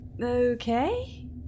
Okay